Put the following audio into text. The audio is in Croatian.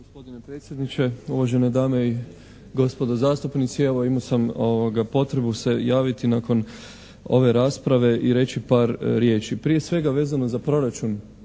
gospodine predsjedniče, uvažene dame i gospodo zastupnici. Evo, imao sam potrebu se javiti nakon ove rasprave i reći par riječi. Prije svega vezano za proračun,